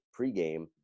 pregame